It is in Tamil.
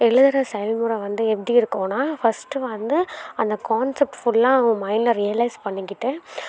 எழுதற செயல்முறை வந்து எப்படிருக்குன்னா ஃபர்ஸ்ட் வந்து அந்த கான்செப்ட் ஃபுல்லாக உன் மைண்டில் ரியலைஸ் பண்ணிக்கிட்டு